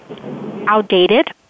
outdated